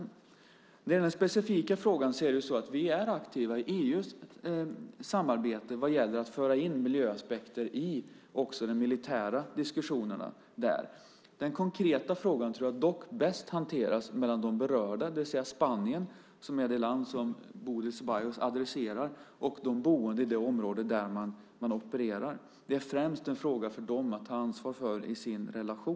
När det gäller den specifika frågan vill jag säga att vi är aktiva i EU:s samarbete vad gäller att föra in miljöaspekter även i de militära diskussionerna. Den konkreta frågan tror jag dock hanteras bäst mellan de berörda parterna, det vill säga Spanien, som är det land som Bodil Ceballos adresserar, och de boende i det område där man opererar. Det är främst en fråga för dem att ta ansvar för i sin relation.